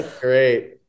great